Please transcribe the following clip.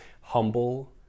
humble